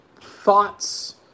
thoughts